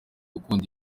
gukunda